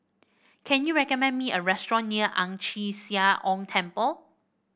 can you recommend me a restaurant near Ang Chee Sia Ong Temple